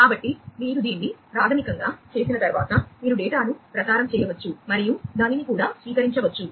కాబట్టి మీరు దీన్ని ప్రాథమికంగా చేసిన తర్వాత మీరు డేటాను ప్రసారం చేయవచ్చు మరియు దానిని కూడా స్వీకరించవచ్చు